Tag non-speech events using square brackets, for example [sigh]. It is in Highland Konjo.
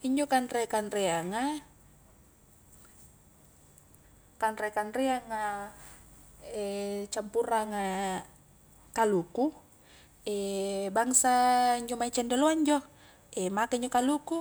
Injo kanre-kanreanga kanre-kanreanga [hesitation] campurranga kaluku, [hesitation] bangsa injo mae cendoloa injo [hesitation] make injo kaluku,